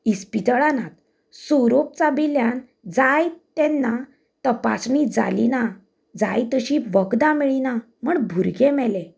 इस्पितळां नात सोरोप चाबिल्ल्यान जाय तेन्ना तपासणी जाली ना जाय तशी वखदां मेळ्ळीं ना मेळ्ळीं ना म्हण भुरगें मेले